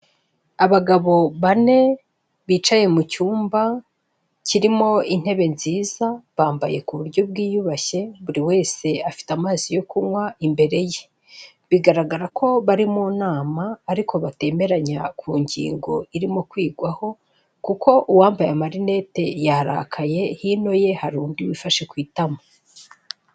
Abagabo bane bicaye mu cyumba kirimo intebe nziza bambaye ku buryo bwiyubashye buri wese afite amazi yo kunywa imbere ye bigaragara ko bari mu nama ariko batemeranya ku ngingo irimo kwigwaho kuko uwambaye amarinete yarakaye hino ye hari undi wifashe ku itama.